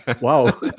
Wow